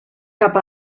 cap